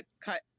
cut